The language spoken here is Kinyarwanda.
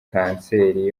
cancer